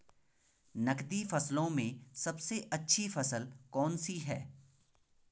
नकदी फसलों में सबसे अच्छी फसल कौन सी है?